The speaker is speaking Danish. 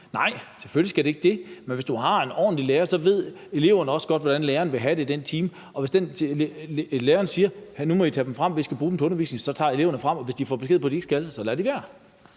Nej, selvfølgelig skal det ikke det, men hvis det er en ordentlig lærer, så ved eleverne også godt, hvordan læreren vil have det skal være i den time. Hvis læreren siger, at de nu må tage dem frem, fordi de skal bruge dem i undervisningen, så tager eleverne dem frem, og hvis de får besked på, at de ikke skal, så lader de være.